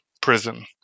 prison